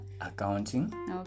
accounting